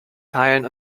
teilen